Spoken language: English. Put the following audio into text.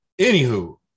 Anywho